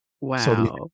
Wow